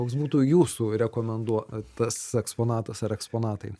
koks būtų jūsų rekomenduotas eksponatas ar eksponatai